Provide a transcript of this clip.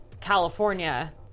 California